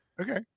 Okay